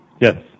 Yes